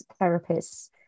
therapists